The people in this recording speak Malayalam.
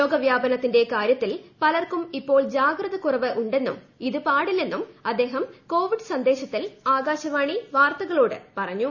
രോഗവ്യാപനത്തിന്റെ കാര്യത്തിൽ പലർക്കും ർഇ്പ്പോൾ ജാഗ്രത കുറവ് ഉണ്ടെന്നും ഇത് പാടില്ലെന്നും അദ്ദേഹം ്കോവിഡ് സന്ദേശത്തിൽ ആകാശവാണി വാർത്തകളോട് പറഞ്ഞു